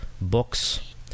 books